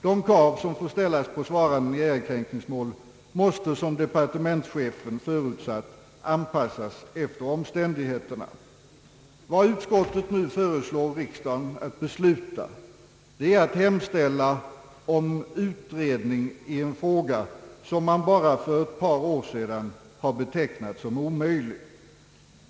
De krav som får ställas på svaranden i ett förtaismål måste, såsom departementschefen förutsatt i direktiven, anpassas efter omständigheterna. Vad utskottet nu föreslår riksdagen är att besluta hemställa om utredning i en fråga som man bara för ett par år sedan har betecknat som omöjlig att klara upp.